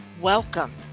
Welcome